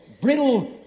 brittle